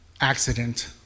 accident